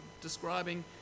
describing